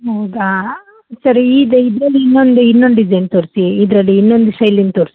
ಹೌದಾ ಸರಿ ಈಗ ಇದ್ರಲ್ಲಿ ಇನ್ನೊಂದು ಇನ್ನೊಂದು ಡಿಸೈನ್ ತೋರಿಸಿ ಇದರಲ್ಲಿ ಇನ್ನೊಂದು ಶೈಲಿಂದು ತೋರಿಸಿ